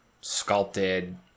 sculpted